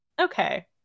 okay